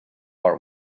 war